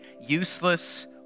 useless